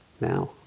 now